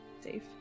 safe